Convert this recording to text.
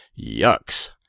Yucks